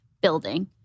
building